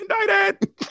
Indicted